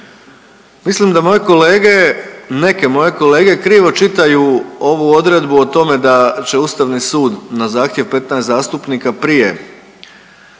mislim da moje kolege, neke moje kolege krivo čitaju ovu odredbu o tome da će Ustavni sud na zahtjev 15 zastupnika prije